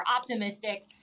optimistic